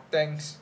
thanks